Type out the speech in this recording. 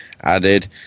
added